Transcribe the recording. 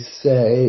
say